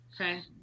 okay